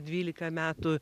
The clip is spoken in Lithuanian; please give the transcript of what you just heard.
dvylika metų